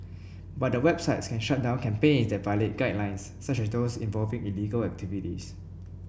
but the websites can shut down campaigns that violate guidelines such as those involving illegal activities